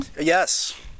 Yes